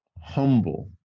Humble